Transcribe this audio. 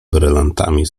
brylantami